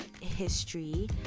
history